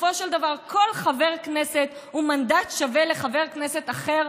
בסופו של דבר כל חבר כנסת הוא מנדט שווה לחבר כנסת אחר,